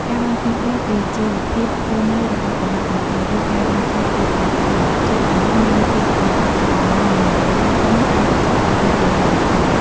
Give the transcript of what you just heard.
ការបានឃើញផ្ទាល់ពីជីវភាពរស់នៅរបស់កុមារកំព្រា ឬការរៀនសូត្រពីព្រះធម៌ ជួយឱ្យយើងមានភាពមេត្តាករុណា និងយល់ដឹងកាន់តែច្បាស់អំពីបញ្ហាសង្គម។